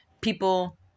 people